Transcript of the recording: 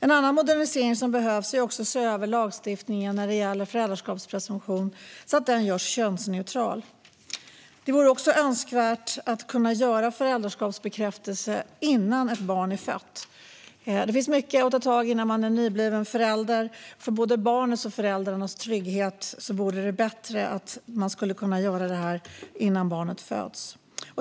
En annan modernisering som behövs är att se över lagstiftningen när det gäller föräldraskapspresumtion så att den görs könsneutral. Det vore också önskvärt att kunna göra föräldraskapsbekräftelse innan ett barn är fött. Det finns mycket att ta tag i när man är nybliven förälder. För både barnets och föräldrarnas trygghet vore det bättre om man skulle kunna göra det här innan barnet föds.